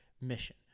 mission